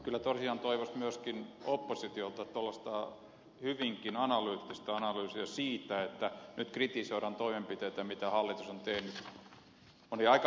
kyllä tosiaan toivoisi myöskin oppositiolta hyvinkin analyyttistä analyysiä siitä että nyt kritisoidaan toimenpiteitä mitä hallitus on tehnyt